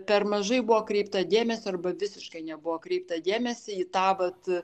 per mažai buvo kreipta dėmesio arba visiškai nebuvo kreipta dėmesį į tą vat